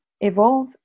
evolve